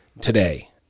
today